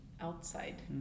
outside